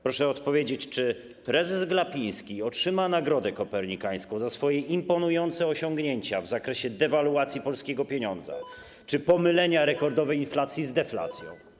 Proszę powiedzieć, czy prezes Glapiński otrzyma Nagrodę Kopernikańską za swoje imponujące osiągnięcia w zakresie dewaluacji polskiego pieniądza czy pomylenia rekordowej inflacji z deflacją.